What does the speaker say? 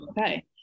Okay